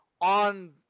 on